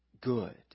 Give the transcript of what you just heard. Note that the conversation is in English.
good